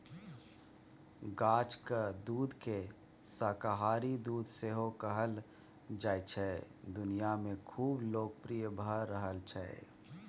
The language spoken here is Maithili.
गाछक दुधकेँ शाकाहारी दुध सेहो कहल जाइ छै दुनियाँ मे खुब लोकप्रिय भ रहल छै